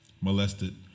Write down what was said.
molested